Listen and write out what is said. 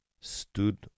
stood